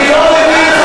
אני לא מבין,